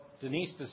Denise